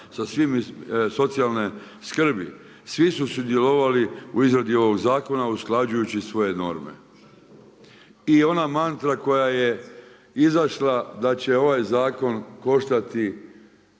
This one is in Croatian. sa socijalne skrbi, svi su sudjelovali u izradi ovog zakona usklađujući svoje norme. I ona mantra koja je izašla da će ovaj zakon koštati